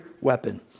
weapon